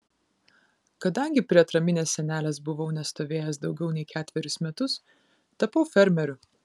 kadangi prie atraminės sienelės buvau nestovėjęs daugiau nei ketverius metus tapau fermeriu